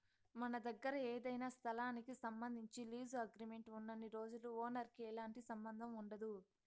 మన దగ్గర ఏదైనా స్థలానికి సంబంధించి లీజు అగ్రిమెంట్ ఉన్నన్ని రోజులు ఓనర్ కి ఎలాంటి సంబంధం ఉండదు